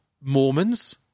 Mormons